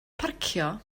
parcio